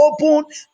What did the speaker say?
open